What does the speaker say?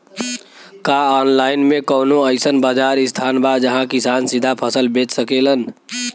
का आनलाइन मे कौनो अइसन बाजार स्थान बा जहाँ किसान सीधा फसल बेच सकेलन?